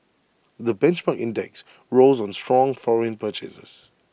the benchmark index rose on strong foreign purchases